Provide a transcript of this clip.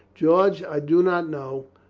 george, i do not know,